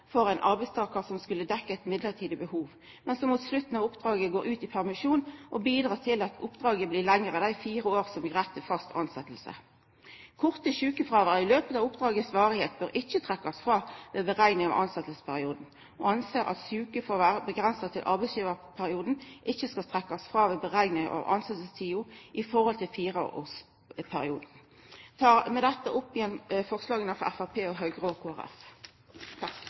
for ein arbeidstakar som skulle dekkja eit midlertidig behov, men som mot slutten av oppdraget går ut i permisjon og bidreg til at oppdraget blir lengre enn dei fire åra som gir rett til fast tilsetjing. Korte sjukefråvær i løpet av den tida oppdraget varer, bør ikkje trekkjast frå ved berekning av tilsetjingsperioden, og ein ser det slik at sjukefråvær avgrensa til arbeidsgivarperioden ikkje skal trekkjast frå ved berekning av tilsetjingstida i forhold til fireårsperioden. Eg viser med dette til merknadene frå Framstegspartiet, Høgre og